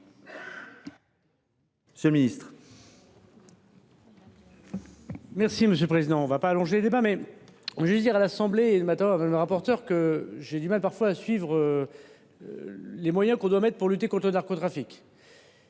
monsieur le ministre,